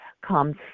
comes